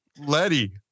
Letty